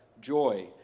joy